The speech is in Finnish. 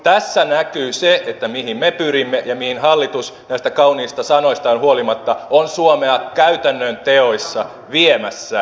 tässä näkyy se mihin me pyrimme ja mihin hallitus näistä kauniista sanoistaan huolimatta on suomea käytännön teoissa viemässä